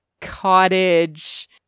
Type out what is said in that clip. cottage